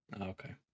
okay